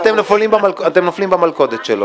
אתם נופלים במלכודת שלו.